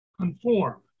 conform